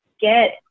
get